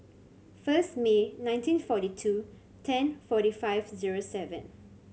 first May nineteen forty two ten forty five zero seven